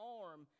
arm